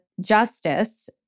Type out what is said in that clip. justice